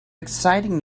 exciting